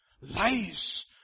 lies